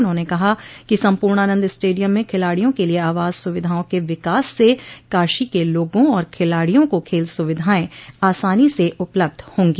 उन्हाने कहा कि सम्पूर्णानंद स्टेडियम में खिलाड़ियों के लिए आवास सुविधाओं के विकास से काशी के लोगों और खिलाड़ियों को खेल सुविधाएं आसानी से उपलब्ध होंगी